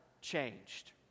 changed